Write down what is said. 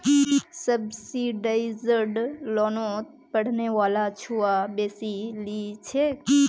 subsidised लोनोत पढ़ने वाला छुआ बेसी लिछेक